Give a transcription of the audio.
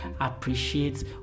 appreciates